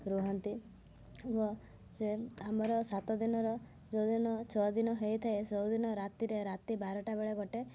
ରୁହନ୍ତି ଓ ସେ ଆମର ସାତଦିନର ଯେଉଁଦିନ ଛଅ ଦିନ ହେଇଥାଏ ଛଅ ଦିନ ରାତିରେ ରାତି ବାରଟା ବେଳେ ଗୋଟେ